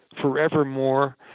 forevermore